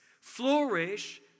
flourish